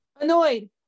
Annoyed